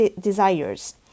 desires